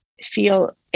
feel